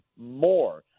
more